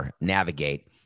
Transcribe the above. navigate